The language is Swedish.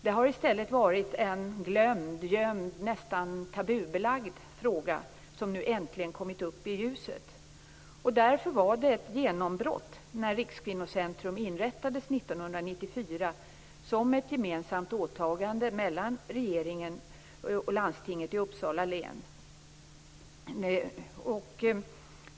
Det har i stället varit en glömd, gömd och nästan tabubelagd fråga som nu äntligen kommit fram i ljuset. Därför var det ett genombrott när Rikskvinnocentrum inrättades 1994 som ett gemensamt åtagande mellan regeringen och landstinget i Uppsala län.